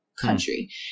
country